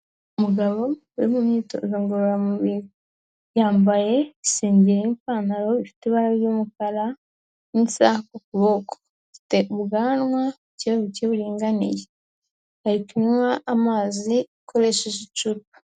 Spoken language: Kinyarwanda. Umugabo uri mu myitozo ngororamubiri yambaye isengeri n'ipantaro ifite ibara ry'umukara n'isaha ku kuboko. Afite ubwanwa bukebuke buringaniye. Ari kunywa amazi akoresheje icupa.